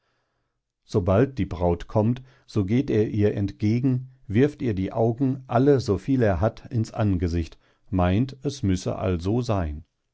sobald die braut kommt so geht er ihr entgegen wirft ihr die augen alle soviel er hat ins angesicht meint es müsse also seyn